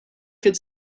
could